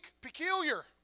peculiar